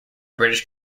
british